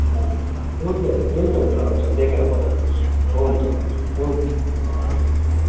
हजुर हुन्छ हुन्छ हुन्छ हुन्छ हुन्छ लेखेर पठाइदिनु होस् हुन्छ हुन्छ हुन्छ हुन्छ